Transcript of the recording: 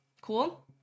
Cool